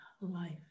life